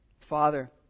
Father